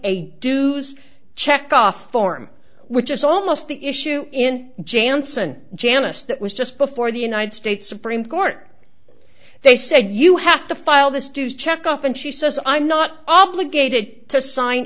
a dude's check off form which is almost the issue in jansen janice that was just before the united states supreme court they said you have to file this dues check off and she says i'm not obligated to sign